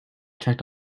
checked